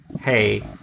Hey